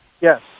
Yes